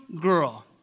girl